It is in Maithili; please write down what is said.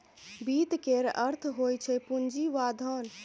वित्त केर अर्थ होइ छै पुंजी वा धन